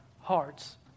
hearts